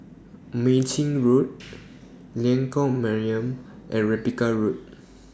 Mei Chin Road Lengkok Mariam and Rebecca Road